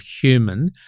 human